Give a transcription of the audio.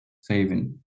saving